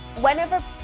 Whenever